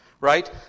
Right